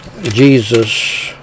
Jesus